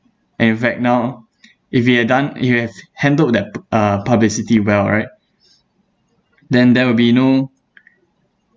and in fact now if he had done if he have handled that uh publicity well right then there will be no